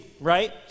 right